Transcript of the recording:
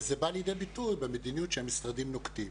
וזה בא לידי ביטוי במדיניות שהמשרדים נוקטים.